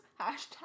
Hashtag